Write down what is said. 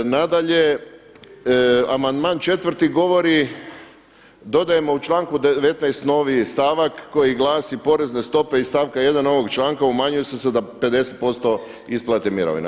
Nadalje, amandman četvrti govori dodajemo u članku 19. novi stavak koji glasi porezne stope iz stavka 1. ovog članka umanjuju se za 50% isplate mirovina.